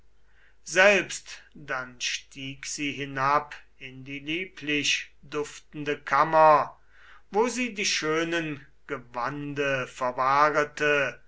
selbst dann stieg sie hinab in die lieblich duftende kammer wo sie die schönen gewande verwahrete